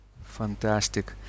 fantastic